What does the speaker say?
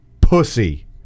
pussy